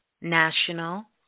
National